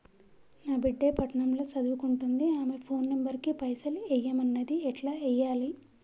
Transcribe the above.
నా బిడ్డే పట్నం ల సదువుకుంటుంది ఆమె ఫోన్ నంబర్ కి పైసల్ ఎయ్యమన్నది ఎట్ల ఎయ్యాలి?